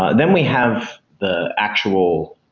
then we have the actual